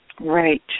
Right